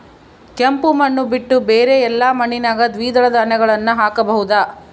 ಕೆಂಪು ಮಣ್ಣು ಬಿಟ್ಟು ಬೇರೆ ಎಲ್ಲಾ ಮಣ್ಣಿನಾಗ ದ್ವಿದಳ ಧಾನ್ಯಗಳನ್ನ ಹಾಕಬಹುದಾ?